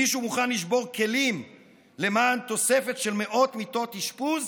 מישהו מוכן לשבור כלים למען תוספת של מאות מיטות אשפוז?